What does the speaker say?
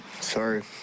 sorry